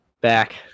Back